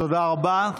תודה רבה.